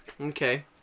Okay